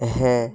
হ্যাঁ